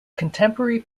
contemporary